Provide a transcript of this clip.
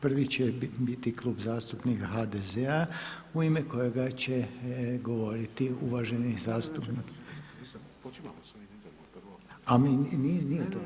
Prvi će biti klub zastupnika HDZ-a u ime kojega će govoriti uvaženi zastupnik. … [[Upadica sa strane, ne razumije se.]] A nije to.